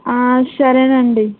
సరేనండి